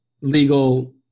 legal